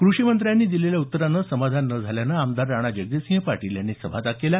कृषीमंत्र्यांनी दिलेल्या उत्तराने समाधान न झाल्याने आमदार राणाजगजितसिंह पाटील यांनी सभात्याग केला